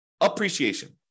appreciation